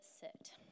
sit